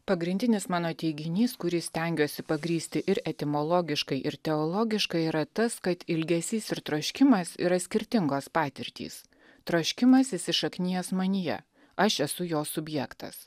pagrindinis mano teiginys kurį stengiuosi pagrįsti ir etimologiškai ir teologiškai yra tas kad ilgesys ir troškimas yra skirtingos patirtys troškimas įsišaknijęs manyje aš esu jo subjektas